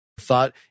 thought